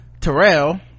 Terrell